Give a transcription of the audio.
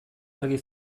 argi